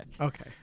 Okay